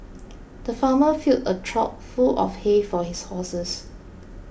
the farmer filled a trough full of hay for his horses